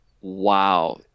Wow